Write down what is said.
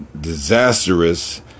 disastrous